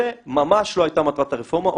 זאת ממש לא היתה מטרת הרפורמה.